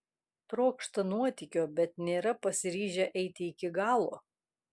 trokšta nuotykio bet nėra pasiryžę eiti iki galo